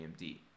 AMD